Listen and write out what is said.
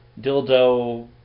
dildo